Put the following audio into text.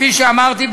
כפי שאמרתי,